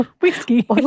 Whiskey